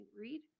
read